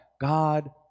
God